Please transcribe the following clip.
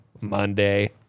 Monday